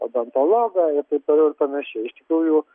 odontologą ir taip toliau ir panašiai iš tikrųjų